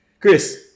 Chris